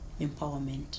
empowerment